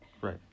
right